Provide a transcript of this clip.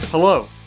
Hello